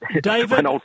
David